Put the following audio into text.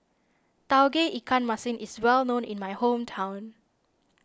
Tauge Ikan Masin is well known in my hometown